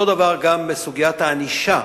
אותו הדבר בסוגיית הענישה,